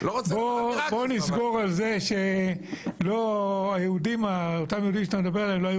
בוא נסגור על זה שאותם יהודים לא היו